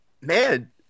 man